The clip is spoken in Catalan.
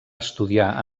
estudiar